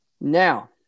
Now